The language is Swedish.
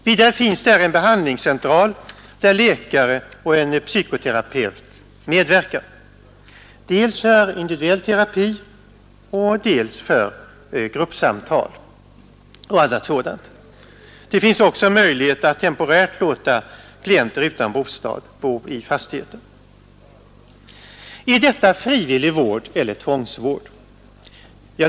Vidare finns där även en behandlingscentral, där läkare och en psykoterapeut medverkar dels för individuell terapi, dels för gruppsamtal och liknande. Det finns också möjlighet att temporärt låta klienter utan bostad bo i fastigheten. Är detta frivillig vård eller tvångsvård?